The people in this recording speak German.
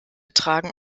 tragen